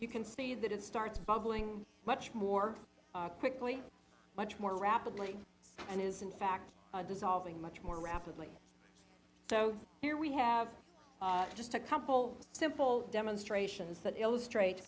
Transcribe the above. you can see that it starts bubbling much more quickly much more rapidly and is in fact dissolving much more rapidly so here we have just a couple simple demonstrations that illustrate